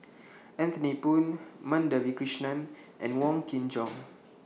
Anthony Poon Madhavi Krishnan and Wong Kin Jong